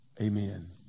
Amen